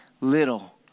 little